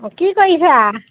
অঁ কি কৰিছা